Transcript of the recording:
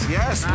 yes